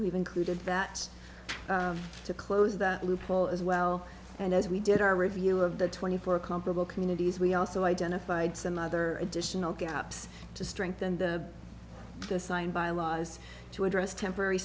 we've included that to close that loophole as well and as we did our review of the twenty four comparable communities we also identified some other additional gaps to strengthen the assigned by laws to address temporary